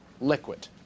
liquid